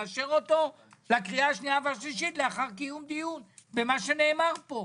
לאשר אותו בקריאה השנייה והשלישית לאחר קיום דיון במה שנאמר פה.